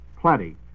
plenty